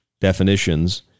definitions